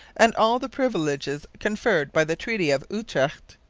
and all the privileges conferred by the treaty of utrecht.